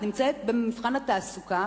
את נמצאת במבחן התעסוקה,